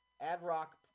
Ad-Rock